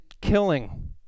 killing